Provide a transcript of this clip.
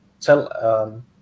tell